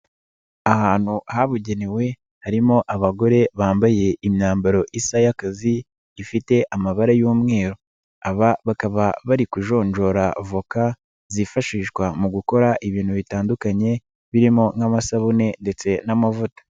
Ahantu ahabugenewe harimo abagore bambaye imyambaro isa y'akazi ifite amabara y'umweru, aba bakaba bari kujonjora voka zifashishwa mu gukora ibintu bitandukanye birimo nk'amasabune ndetse n'amavuta.